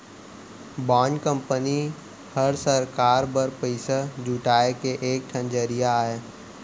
bond company हर सरकार बर पइसा जुटाए के एक ठन जरिया अय